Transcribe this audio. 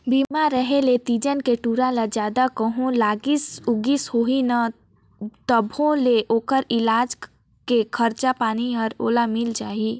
बीमा रेहे ले तीजन के टूरा ल जादा कहों लागिस उगिस होही न तभों ले ओखर इलाज के खरचा पानी हर ओला मिल जाही